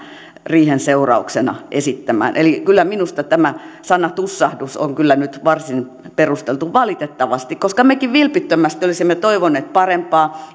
riihen seurauksena esittämään eli kyllä minusta tämä sana tussahdus on kyllä nyt varsin perusteltu valitettavasti koska mekin vilpittömästi olisimme toivoneet parempaa